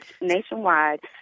nationwide